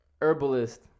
Herbalist